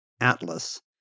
Atlas